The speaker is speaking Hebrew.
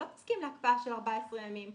לא תסכים להקפאה של 14 ימים,